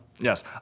Yes